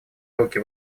руки